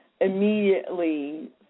immediately